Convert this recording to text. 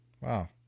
Wow